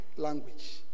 Language